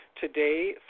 today